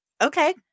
Okay